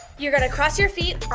you're going to cross your feet.